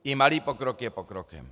I malý pokrok je pokrokem.